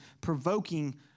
provoking